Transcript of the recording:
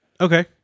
okay